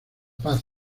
paz